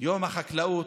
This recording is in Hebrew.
יום החקלאות,